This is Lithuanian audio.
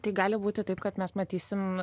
tai gali būti taip kad mes matysim